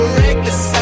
reckless